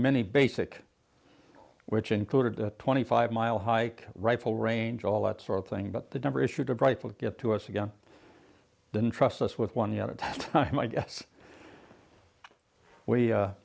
mini basic which included a twenty five mile hike rifle range all that sort of thing but the number issued a bright would get to us again didn't trust us with one yet at that time i guess we